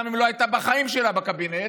גם אם היא לא הייתה בחיים שלה בקבינט,